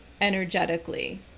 energetically